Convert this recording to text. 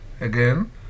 again